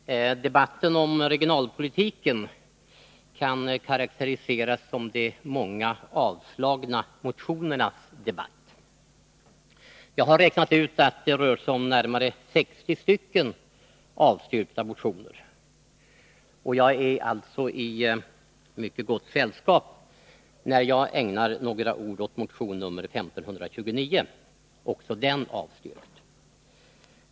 Herr talman! Debatten om regionalpolitiken kan karakteriseras som de många avstyrkta motionernas debatt. Jag har räknat ut att det rör sig om närmare 60 avstyrkta motioner. Jag är alltså i mycket gott sällskap, när jag ägnar några ord åt motion nr 1529, också den avstyrkt.